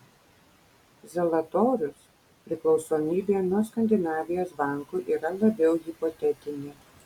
zalatorius priklausomybė nuo skandinavijos bankų yra labiau hipotetinė